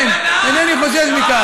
הרב בן-דהן, הרב בן-דהן, כן, אינני חושש מכך.